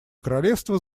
королевства